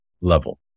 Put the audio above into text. level